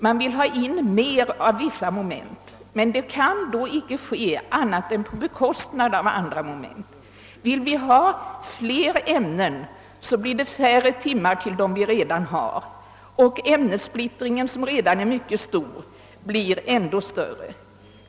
Man vill ha in mer av vissa moment, men det kan inte ske annat än på bekostnad av andra moment. Vill vi ha fler ämnen, så blir det färre timmar till de ämnen vi redan har, och ämnessplittringen, som redan är mycket stor, blir då ännu större.